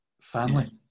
family